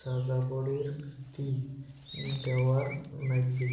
যাযাবরের ভিতি দ্যাওয়ার নাইগবে